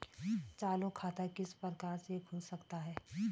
चालू खाता किस प्रकार से खोल सकता हूँ?